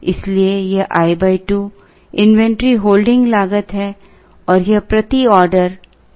इसलिए यह x i 2 inventory holding लागत है और यह प्रति ऑर्डर मनी वैल्यू है